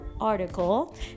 article